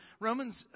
Romans